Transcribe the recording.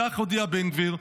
כך הודיע בן גביר.